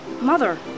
Mother